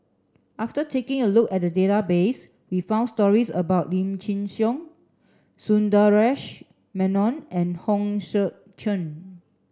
after taking a look at the database we found stories about Lim Chin Siong Sundaresh Menon and Hong Sek Chern